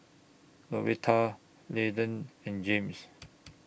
Doretha Landen and James